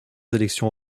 élections